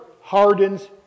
hardens